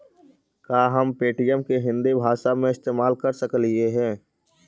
का हम पे.टी.एम के हिन्दी भाषा में इस्तेमाल कर सकलियई हे?